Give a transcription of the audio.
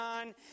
on